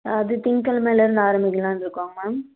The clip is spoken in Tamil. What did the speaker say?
அது திங்கக்கிழமையிலருந்து ஆரம்மிக்கலான்னு இருக்கோங்க மேம்